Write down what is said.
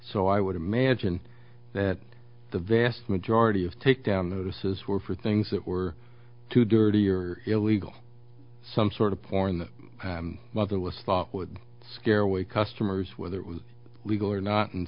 so i would imagine that the vast majority of takedown notices were for things that were too dirty or illegal some sort of porn the mother was thought would scare away customers whether it was legal or not and